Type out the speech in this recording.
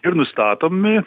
ir nustatomi